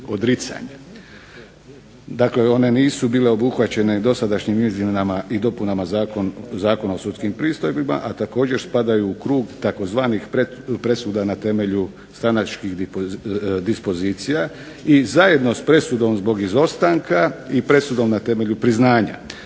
Dakle, one nisu bile obuhvaćene dosadašnjim izmjenama i dopunama Zakona o sudskim pristojbama, a također spadaju u krugu tzv. presuda na temelju stranačkih dispozicija i zajedno s presudom zbog izostanka i presudom na temleju priznanja.